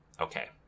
okay